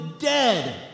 dead